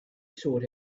sought